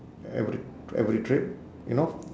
every every trip you know